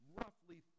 roughly